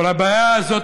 אבל הבעיה הזאת,